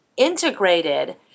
integrated